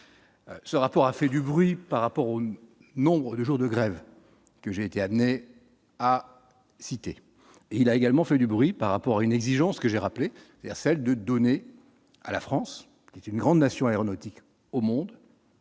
ce rapport a fait du bruit par rapport au nombre de jours de grève que j'ai été amené à citer, il a également fait du bruit par rapport à une exigence que j'ai rappelées, c'est-à-dire celle de donner à la France est une grande nation aéronautique au monde